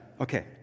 Okay